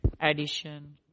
addition